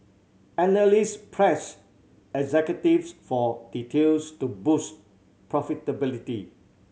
analyst pressed executives for details to boost profitability